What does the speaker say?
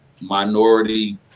minority